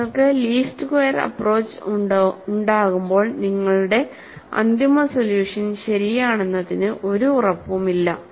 നിങ്ങൾക്ക് least square approach ഉണ്ടാകുമ്പോൾ നിങ്ങളുടെ അന്തിമ സൊല്യൂഷൻ ശരിയാണെന്നതിന് ഒരു ഉറപ്പുമില്ല